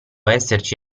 esserci